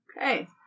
Okay